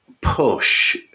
push